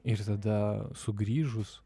ir tada sugrįžus